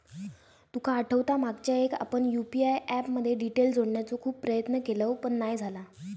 तुका आठवता मागच्यावेळेक आपण यु.पी.आय ऍप मध्ये डिटेल जोडण्याचो खूप प्रयत्न केवल पण नाय झाला